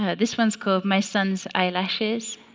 ah this one's called my son's eyelashes